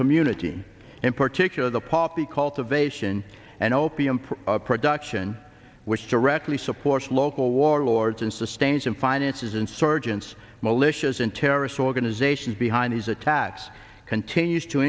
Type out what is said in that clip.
community in particular the poppy cultivation and opium production which directly supports local warlords and sustains them finances insurgents militias and terrorist organizations behind these attacks continues to